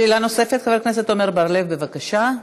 שאלה נוספת, חבר הכנסת עמר בר-לב, בבקשה.